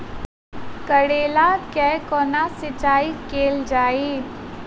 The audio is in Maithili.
करैला केँ कोना सिचाई कैल जाइ?